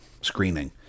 screening